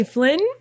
Flynn